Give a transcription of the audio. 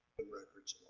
records